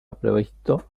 previsto